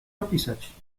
zapisać